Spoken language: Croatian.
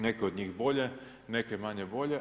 Neke od njih bolje, neke manje bolje.